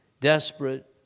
desperate